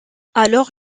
alors